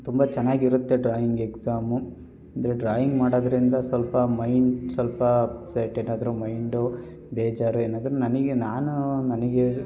ತುಂಬ ಚೆನ್ನಾಗಿರುತ್ತೆ drawing exam ಅಂದರೆ ಡ್ರಾಯಿಂಗ್ ಮಾಡೋದರಿಂದ ಸ್ವಲ್ಪ ಮೈಂಡ್ ಸ್ವಲ್ಪ ಅಪ್ಸೆಟ್ ಏನಾದ್ರೂ ಮೈಂಡು ಬೇಜಾರು ಏನಾದ್ರೂ ನನಗೆ ನಾನು ನನಗೆ